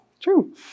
true